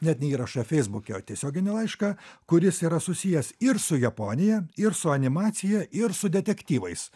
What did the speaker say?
net ne įrašą feisbuke o tiesioginį laišką kuris yra susijęs ir su japonija ir su animacija ir su detektyvais